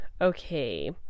okay